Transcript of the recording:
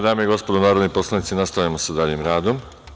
dame i gospodo narodni poslanici, nastavljamo sa daljim radom.